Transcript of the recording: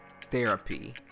therapy